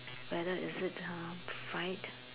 whether is it uh fried